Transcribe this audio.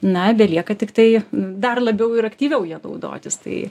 na belieka tiktai dar labiau ir aktyviau ja naudotis tai